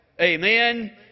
Amen